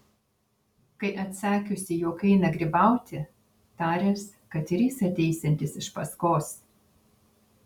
kai atsakiusi jog eina grybauti taręs kad ir jis ateisiantis iš paskos